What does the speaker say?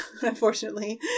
unfortunately